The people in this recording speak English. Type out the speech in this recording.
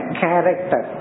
character